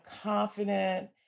confident